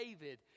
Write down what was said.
David